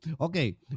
okay